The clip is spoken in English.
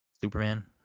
Superman